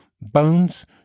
bones